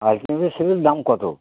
দাম কতো